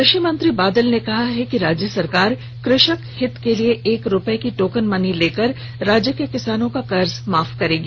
कृषि मंत्री बादल ने कहा कि राज्य सरकार कृषक हित के लिए एक रुपये की टोकन मनी लेकर राज्य के किसानों का कर्ज माफ करेगी